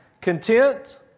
content